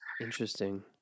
Interesting